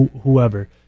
whoever